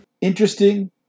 interesting